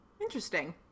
Interesting